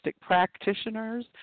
practitioners